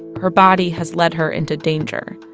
her body has led her into danger.